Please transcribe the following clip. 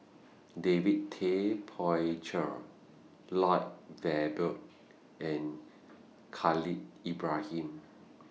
David Tay Poey Cher Lloyd Valberg and Khalil Ibrahim